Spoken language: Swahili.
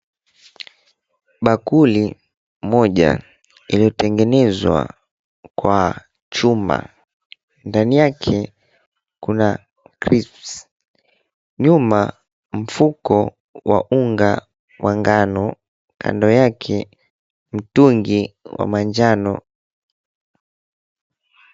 Bakuli moja imetengenezwa kwa chuma, ndani yake kuna crisps , nyuma mfuko wa unga wa ngano, kando yake mtungi wa manjano.